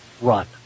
run